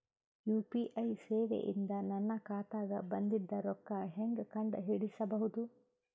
UPI ಸೇವೆ ಇಂದ ನನ್ನ ಖಾತಾಗ ಬಂದಿದ್ದ ರೊಕ್ಕ ಹೆಂಗ್ ಕಂಡ ಹಿಡಿಸಬಹುದು?